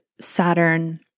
Saturn